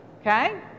Okay